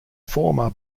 former